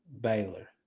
Baylor